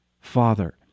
Father